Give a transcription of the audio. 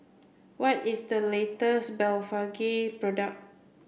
what is the latest Blephagel product